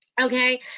Okay